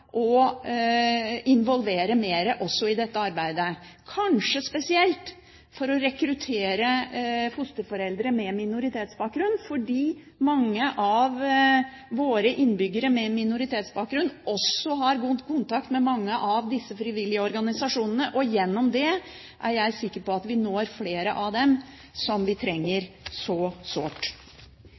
involvere mer i dette arbeidet – kanskje spesielt for å rekruttere fosterforeldre med minoritetsbakgrunn, fordi mange av våre innbyggere med minoritetsbakgrunn også har god kontakt med mange av disse frivillige organisasjonene, og gjennom det er jeg sikker på at vi når flere av dem som vi trenger så sårt.